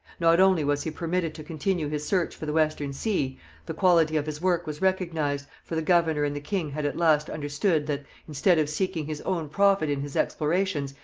not only was he permitted to continue his search for the western sea the quality of his work was recognized, for the governor and the king had at last understood that, instead of seeking his own profit in his explorations,